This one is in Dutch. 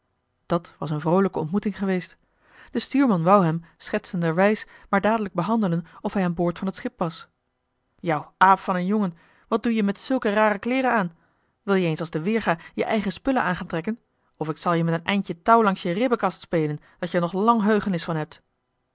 dat was een vroolijke ontmoeting geweest de stuurman wou hem schetsenderwijs maar dadelijk behandelen of hij aan boord van het schip was jou aap van een jongen wat doe jij met zulke rare kleeren aan wil-je eens als de weerga je eigen spullen aan gaan trekken of ik zal je met een eindje touw langs je ribbenkast spelen dat je er nog lang heugenis van hebt